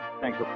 Thanks